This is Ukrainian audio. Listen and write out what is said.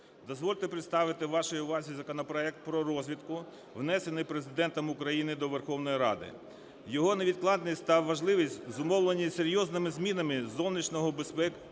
дозвольте представити вашій увазі законопроект про розвідку, внесений Президентом України до Верховної Ради. Його невідкладність та важливість зумовлені серйозними змінами зовнішнього безпекового